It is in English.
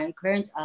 current